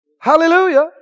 Hallelujah